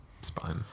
spine